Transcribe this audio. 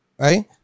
right